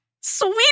sweet